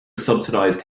subsidized